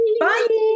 bye